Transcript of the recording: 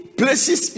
places